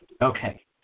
Okay